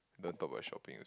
don't talk about shopping ah